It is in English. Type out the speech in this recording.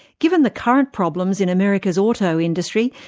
given the current problems in america's auto industry,